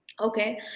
okay